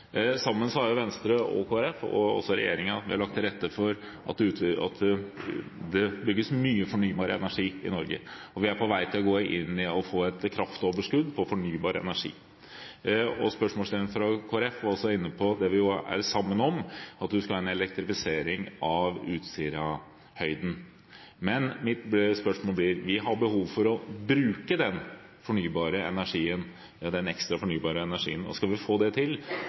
Sammen har Venstre, Kristelig Folkeparti og regjeringen lagt til rette for at det bygges mye fornybar energi i Norge, og vi er på vei til å få et kraftoverskudd av fornybar energi. Spørsmålsstilleren fra Kristelig Folkeparti var også inne på at vi står sammen om at vi skal ha en elektrifisering av Utsirahøyden. Men vi har behov for å bruke den ekstra, fornybare energien, og skal vi få det til,